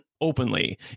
openly